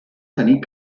tenir